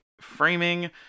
framing